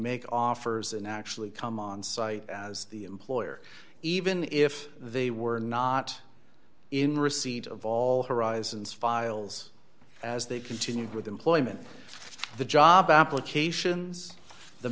make offers and actually come onsite as the employer even if they were not in receipt of all horizons files as they continued with employment the job applications the